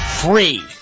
Free